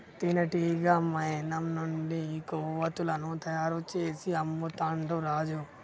తేనెటీగ మైనం నుండి కొవ్వతులను తయారు చేసి అమ్ముతాండు రాజు